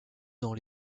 dans